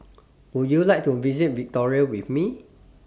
Would YOU like to visit Victoria with Me